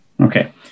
Okay